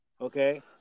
Okay